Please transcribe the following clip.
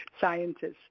scientists